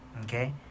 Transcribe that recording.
Okay